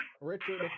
Richard